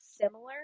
similar